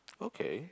okay